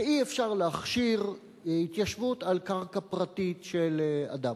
שאי-שאפשר להכשיר התיישבות על קרקע פרטית של אדם.